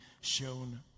shown